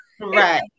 Right